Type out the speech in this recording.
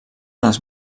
les